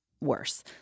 worse